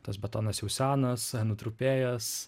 tas batonas jau senas nutrupėjęs